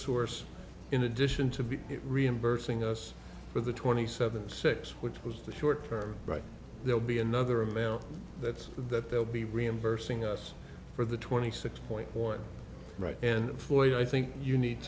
source in addition to be reimbursing us for the twenty seven six which was the short term but there will be another amount that's that they'll be reimbursing us for the twenty six point one right and floyd i think you need